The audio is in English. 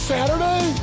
Saturday